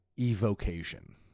evocation